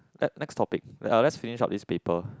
ne~ next topic uh let's finish up this paper